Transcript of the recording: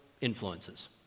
influences